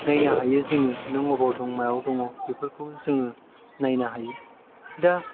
नायनो हायो जों नों अबाव दं मायाव दं बेफोरखौ जों नायनो हायो दा